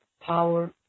power